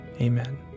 Amen